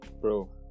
Bro